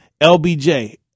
LBJ